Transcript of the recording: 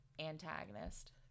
antagonist